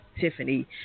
Tiffany